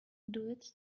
duets